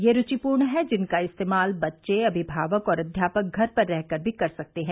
ये रूचिपूर्ण हैं जिनका इस्तेमाल बच्चे अमिभावक और अध्यापक घर पर रह कर भी कर सकते हैं